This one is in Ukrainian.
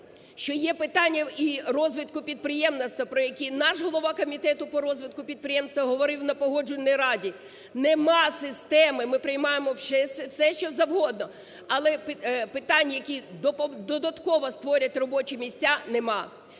що є питання і розвитку підприємництва, про який наш голова комітету по розвитку підприємства говорив на Погоджувальній раді, немає системи, ми приймаємо все, що завгодно, але питань, які додатково створять робочі місця, нема.